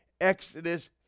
Exodus